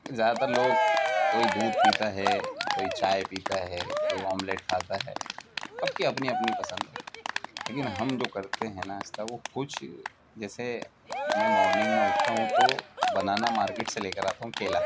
زیادہ تر لوگ کوئی دودھ پیتا ہے کوئی چائے پیتا ہے کوئی آملیٹ کھاتا ہے سب کی اپنی اپنی پسند ہے لیکن ہم جو کرتے ہیں ناشتہ وہ کچھ جیسے میں مارننگ میں اٹھتا ہوں تو بنانا مارکیٹ سے لے کر آتا ہوں کیلا